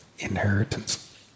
inheritance